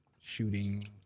Shooting